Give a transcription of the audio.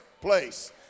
place